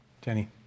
Jenny